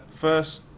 First